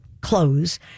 clothes